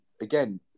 again